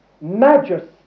majesty